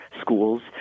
schools